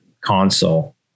console